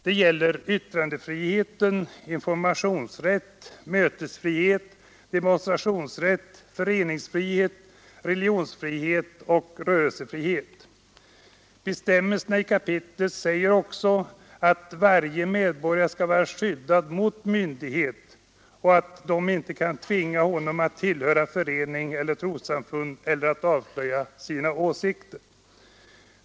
Det gäller yttrandefrihet, informationsrätt, mötesfrihet, demonstrationsrätt, föreningsfrihet, religionsfrihet och rörelsefrihet. Vidare säger bestämmelserna i detta kapitel att varje medborgare skall vara skyddad mot att myndighet tvingar honom att tillhöra förening eller trossamfund eller att avslöja sina åsikter.